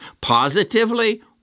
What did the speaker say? positively